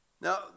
Now